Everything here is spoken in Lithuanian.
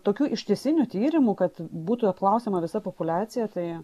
tokių ištisinių tyrimų kad būtų apklausiama visa populiacija tai